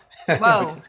Whoa